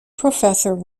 professor